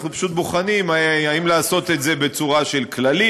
אנחנו פשוט בוחנים: האם לעשות את זה בצורה של כללים?